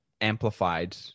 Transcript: amplified